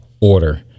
order